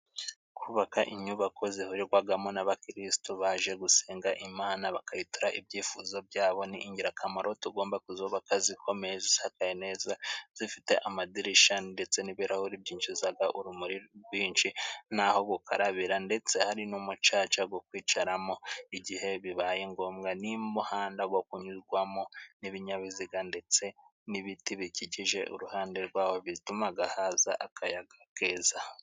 Kubaka inyubako zihurigwagamo n'abakirisitu baje gusenga Imana bakayitura ibyifuzo byabo ni ingirakamaro. Tugomba kuzubaka zikomeye zisakaye neza zifite amadirisha ndetse n'ibirahuri byinjizaga urumuri rwinji n'aho gukarabira ndetse ari n'umucaca go kwicaramo igihe bibaye ngombwa n'umuhanda wo kunyurwamo n'ibinyabiziga ndetse n'ibiti bikikije uruhande rwawe bitumaga haza akayaga keza.